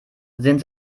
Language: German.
sind